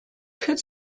could